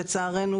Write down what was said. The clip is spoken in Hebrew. לצערנו,